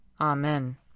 Amen